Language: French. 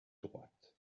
droite